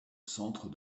centre